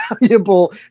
valuable